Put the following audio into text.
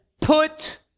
put